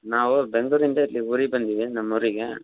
ನಾವು ಬೆಂಗಳೂರಿಂದ ಇಲ್ಲಿ ಊರಿಗೆ ಬಂದೇವಿ ನಮ್ಮೂರಿಗೆ